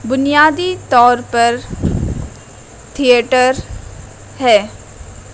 بنیادی طور پر تھیئٹر ہے